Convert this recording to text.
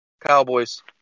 Cowboys